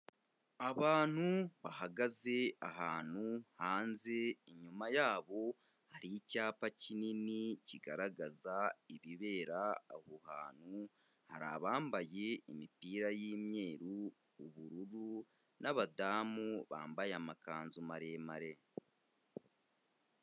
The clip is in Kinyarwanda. Abantu bahagaze ahantu hanze, inyuma yabo hari icyapa kinini kigaragaza ibibera aho hantu, hari abambaye imipira y'imyeru, ubururu n'abadamu bambaye amakanzu maremare.